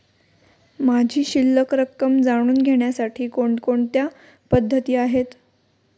माझी शिल्लक रक्कम जाणून घेण्यासाठी कोणकोणत्या पद्धती आहेत?